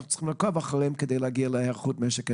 צריכים לעקוב כדי להגיע להיערכות משק האנרגיה?